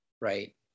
right